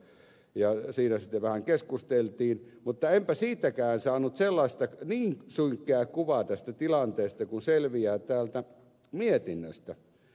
siinä sitten vähän keskusteltiin mutta enpä siitäkään saanut niin synkkää kuvaa tästä tilanteesta kuin selviää täältä mietinnöstä